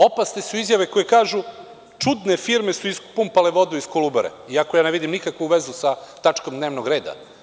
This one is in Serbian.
Opasne su izjave koje kažu – čudne firme su ispumpale vodu iz Kolubare, iako ja ne vidim nikakvu vezu sa tačkom dnevnog reda.